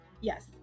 Yes